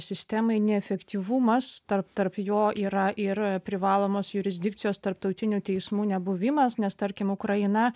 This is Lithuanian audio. sistemai neefektyvumas tarp tarp jo yra ir privalomos jurisdikcijos tarptautinių teismų nebuvimas nes tarkim ukraina